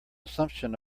assumption